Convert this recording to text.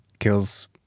kills